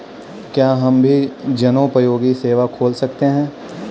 क्या हम भी जनोपयोगी सेवा खोल सकते हैं?